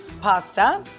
pasta